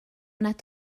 nad